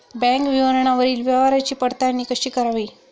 Bank विवरणावरील व्यवहाराची पडताळणी कशी करावी?